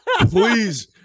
Please